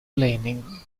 planing